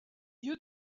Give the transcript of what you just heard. you